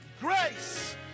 grace